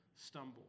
stumble